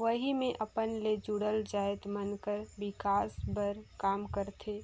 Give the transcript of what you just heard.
वहीं मे अपन ले जुड़ल जाएत मन कर बिकास बर काम करथे